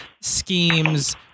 schemes